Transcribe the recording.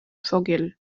vögel